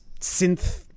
synth